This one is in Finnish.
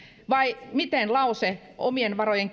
vai miten lause omien varojen